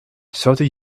thirty